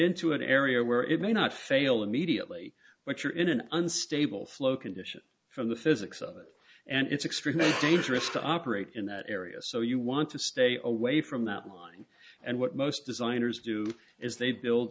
into an area where it may not fail immediately but you're in an unstable flow condition from the physics of it and it's extremely dangerous to operate in that area so you want to stay away from that line and what most designers do is they build